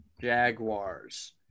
Jaguars